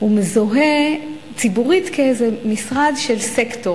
מזוהה ציבורית כאיזה משרד של סקטור,